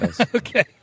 Okay